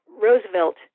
Roosevelt